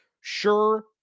sure